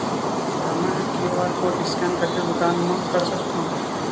का मैं ह क्यू.आर कोड स्कैन करके दुकान मा कर सकथव?